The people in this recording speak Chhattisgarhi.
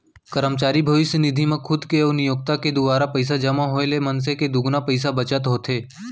करमचारी भविस्य निधि म खुद के अउ नियोक्ता के दुवारा पइसा जमा होए ले मनसे के दुगुना पइसा बचत होथे